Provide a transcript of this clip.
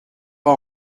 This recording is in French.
pas